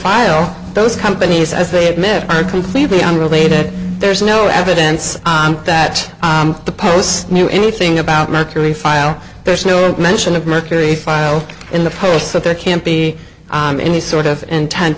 file those companies as they admit are completely unrelated there's no evidence that the post knew anything about mercury file there's no mention of mercury filed in the polls so there can't be any sort of inten